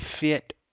fit